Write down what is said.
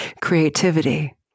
creativity